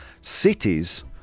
cities